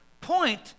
point